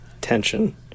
tension